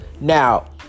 Now